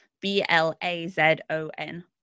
B-L-A-Z-O-N